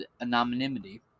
anonymity